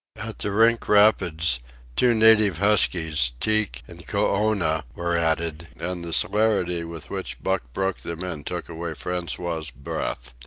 at the rink rapids two native huskies, teek and koona, were added and the celerity with which buck broke them in took away francois's breath.